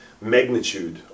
magnitude